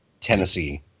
Tennessee